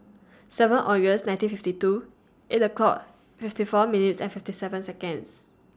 seven August nineteen fifty two eight o'clock fifty four minutes and fifty seven Seconds